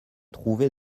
trouvé